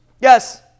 yes